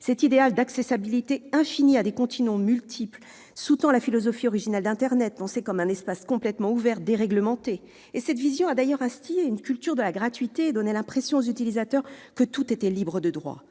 Cet idéal d'accessibilité infinie à des contenus multiples sous-tend la philosophie originelle d'internet, pensée comme un espace complètement ouvert et déréglementé. Cette vision a instillé une culture de la gratuité et donné l'impression aux utilisateurs que tout était libre de droits.